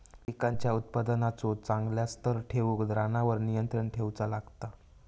पिकांच्या उत्पादनाचो चांगल्या स्तर ठेऊक रानावर नियंत्रण ठेऊचा लागता